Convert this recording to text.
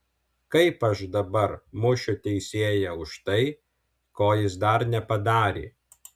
kaip aš dabar mušiu teisėją už tai ko jis dar nepadarė